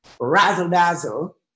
razzle-dazzle